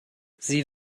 sie